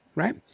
right